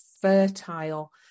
fertile